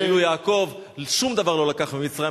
ואילו יעקב שום דבר לא לקח ממצרים,